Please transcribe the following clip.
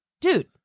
dude